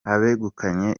abegukanye